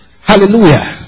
Hallelujah